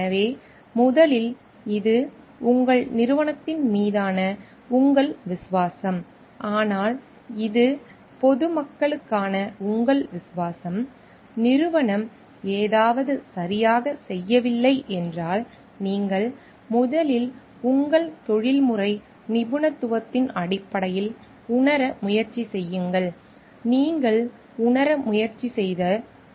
எனவே முதலில் இது உங்கள் நிறுவனத்தின் மீதான உங்கள் விசுவாசம் ஆனால் இது பொது மக்களுக்கான உங்கள் விசுவாசம் நிறுவனம் ஏதாவது சரியாகச் செய்யவில்லை என்றால் நீங்கள் முதலில் உங்கள் தொழில்முறை நிபுணத்துவத்தின் அடிப்படையில் உணர முயற்சி செய்யுங்கள் நீங்கள் உணர முயற்சி செய்யுங்கள்